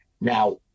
Now